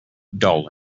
dull